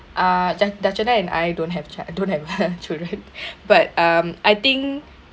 ah da~ dashana and I don't have child don't have children but um I think